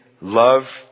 love